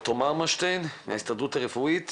בישראל נפטרים כ-2,000 אנשים מסרטן ריאה כל